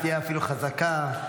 ואפילו תהיה חזקה.